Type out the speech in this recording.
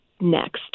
next